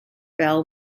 bell